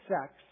sex